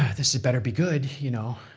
ah this ah better be good. you know?